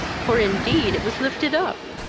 for indeed it was lifted up.